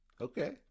Okay